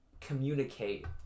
communicate